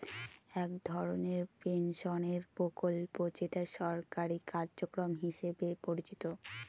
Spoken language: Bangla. এক ধরনের পেনশনের প্রকল্প যেটা সরকারি কার্যক্রম হিসেবে পরিচিত